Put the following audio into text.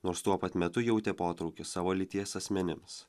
nors tuo pat metu jautė potraukį savo lyties asmenims